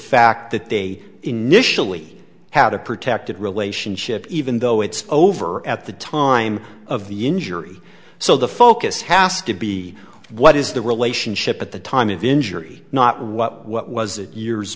fact that they initially had a protected relationship even though it's over at the time of the injury so the focus has to be what is the relationship at the time of injury not what what was it years